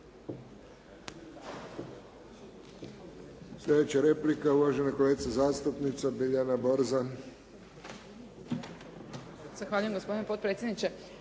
Slijedeća replika, uvažena kolegica zastupnica Biljana Borzan.